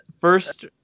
first